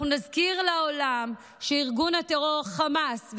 אנחנו נזכיר לעולם שארגון הטרור חמאס,